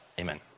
Amen